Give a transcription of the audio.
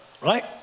right